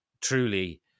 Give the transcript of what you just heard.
truly